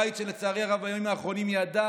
בית שלצערי הרב בימים האחרונים ידע